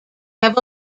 have